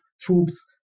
troops